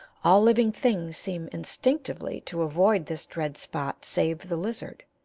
all living things seem instinctively to avoid this dread spot save the lizard.